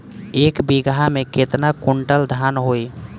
एक बीगहा में केतना कुंटल धान होई?